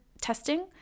testing